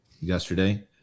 yesterday